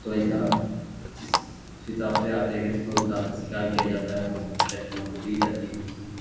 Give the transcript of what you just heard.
तो ऐसा जिस हिसाब से आते हैं कस्टमर उस हिसाब से शिकार किया जाता है और फ़िर कस्टमर को दी जाती है मछली